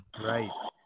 Right